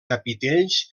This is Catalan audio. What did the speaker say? capitells